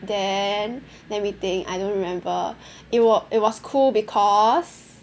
then then let me think I don't remember it was it was cool because